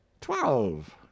Twelve